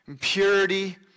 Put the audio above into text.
purity